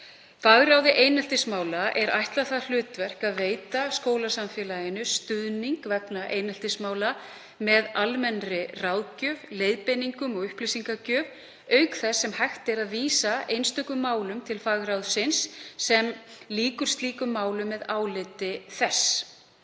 Fagráði eineltismála er ætlað það hlutverk að veita skólasamfélaginu stuðning vegna eineltismála með almennri ráðgjöf, leiðbeiningum og upplýsingagjöf, auk þess sem hægt er að vísa einstökum málum til fagráðsins sem lýkur slíkum málum með áliti.